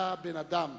היה בן-אדם,